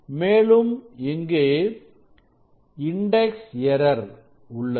மேலும் இங்கு index error உள்ளது